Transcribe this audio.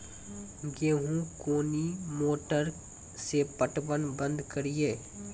गेहूँ कोनी मोटर से पटवन बंद करिए?